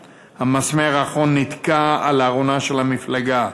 המסמר האחרון נתקע על ארונה של המפלגה.